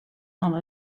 fan